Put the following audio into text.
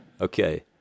okay